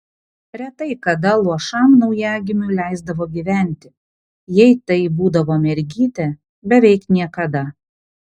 retai kada luošam naujagimiui leisdavo gyventi jei tai būdavo mergytė beveik niekada